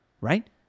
right